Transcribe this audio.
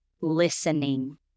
listening